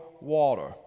water